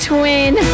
Twin